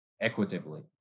equitably